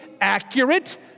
accurate